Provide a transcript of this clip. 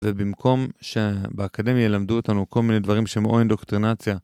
ובמקום שבאקדמיה ילמדו אותנו כל מיני דברים שהם או אינדוקטרינציה.